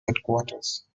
headquarters